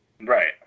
Right